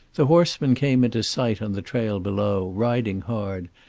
the horseman came into sight on the trail below, riding hard,